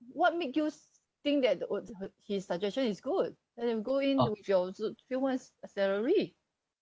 what makes you think that the his suggestion is good and then go in with your zu~ few months salary